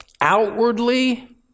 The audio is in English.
outwardly